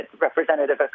Representative